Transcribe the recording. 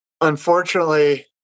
unfortunately